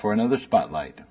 for another spotlight